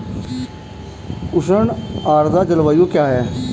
उष्ण आर्द्र जलवायु क्या है?